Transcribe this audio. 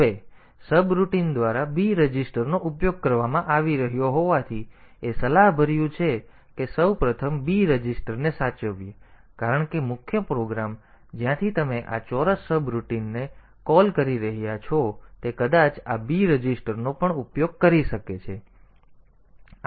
હવે સબરૂટિન દ્વારા b રજીસ્ટરનો ઉપયોગ કરવામાં આવી રહ્યો હોવાથી તેથી એ સલાહભર્યું છે કે આપણે સૌ પ્રથમ b રજીસ્ટરને સાચવીએ કારણ કે મુખ્ય પ્રોગ્રામ જ્યાંથી તમે આ ચોરસ સબરોટિનને કૉલ કરી રહ્યા છો તે કદાચ આ b રજીસ્ટરનો પણ ઉપયોગ કરી શકે છે